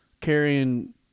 carrying